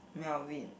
Melvin